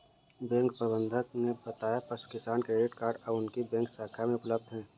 bank प्रबंधक ने बताया पशु किसान क्रेडिट कार्ड अब उनकी बैंक शाखा में उपलब्ध है